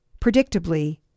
Predictably